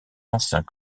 anciens